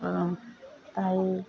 তাই